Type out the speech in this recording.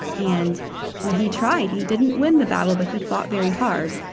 and you know he tried. he didn't win the battle, but he fought very hard.